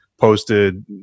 posted